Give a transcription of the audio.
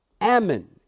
Ammon